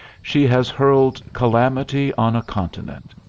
she has hurled calamity on a continent.